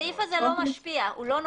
הסעיף הזה לא נוגע לחלף.